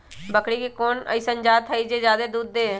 बकरी के कोन अइसन जात हई जे जादे दूध दे?